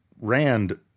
Rand